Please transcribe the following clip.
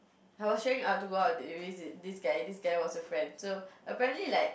I was trying out to go out visit this guy this guy was a friend apparently like